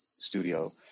studio